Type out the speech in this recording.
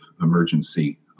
emergency